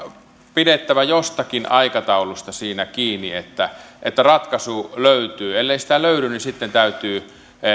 pidettävä jostakin aikataulusta siinä kiinni että että ratkaisu löytyy ellei sitä löydy niin sitten täytyy